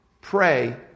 pray